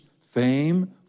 fame